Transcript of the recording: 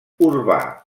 urbà